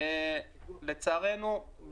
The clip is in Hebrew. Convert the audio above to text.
לצערנו,